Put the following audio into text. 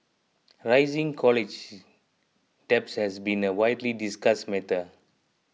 rising college debt has been a widely discussed matter